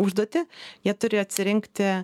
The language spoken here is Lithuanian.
užduotį jie turi atsirinkti